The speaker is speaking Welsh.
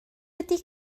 ydy